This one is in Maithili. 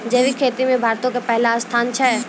जैविक खेती मे भारतो के पहिला स्थान छै